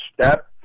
step